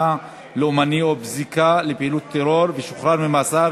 לאומני או בזיקה לפעילות טרור ושוחרר ממאסר